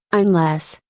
unless,